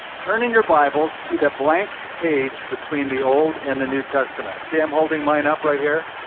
turn in your bibles to the blank page between the old and the new testament. see i'm holding mine up right here.